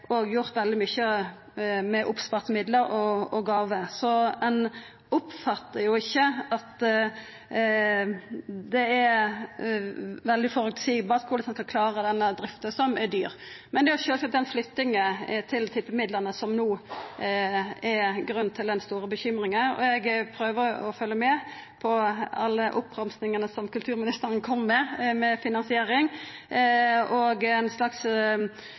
veldig føreseieleg korleis dei skal klara drifta, som er dyr. Det er sjølvsagt flyttinga av tippemidlane som no er grunnen til den store bekymringa. Eg prøver å følgja med på alle oppramsingane som kulturministeren kom med om finansiering, og ei slags